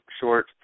short